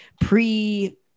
pre